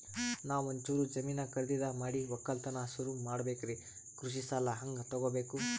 ನಾ ಒಂಚೂರು ಜಮೀನ ಖರೀದಿದ ಮಾಡಿ ಒಕ್ಕಲತನ ಸುರು ಮಾಡ ಬೇಕ್ರಿ, ಕೃಷಿ ಸಾಲ ಹಂಗ ತೊಗೊಬೇಕು?